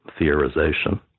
theorization